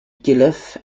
guelph